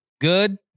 good